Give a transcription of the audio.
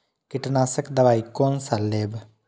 कीट नाशक दवाई कोन सा लेब?